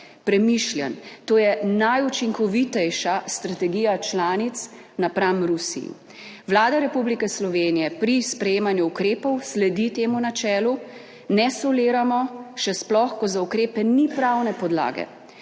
premišljen - to je najučinkovitejša strategija članic napram Rusiji. Vlada Republike Slovenije pri sprejemanju ukrepov sledi temu načelu, ne soliramo, še sploh, ko za ukrepe ni pravne podlage.